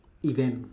event